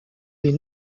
les